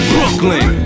Brooklyn